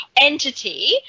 entity